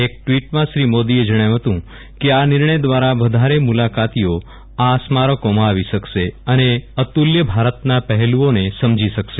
એક ટ્વીટમાં શ્રી મોદીએ જણાવ્યું હતું કે આ નિર્ણય દ્વારા વધારે મુલાકાતીઓ આ સ્મારકોમાં આવી શકશે અને અતુલ્ય ભારતના પહેલુઓને સમજી શકશે